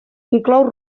inclou